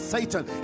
Satan